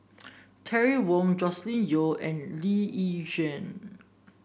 Terry Wong Joscelin Yeo and Lee Yi Shyan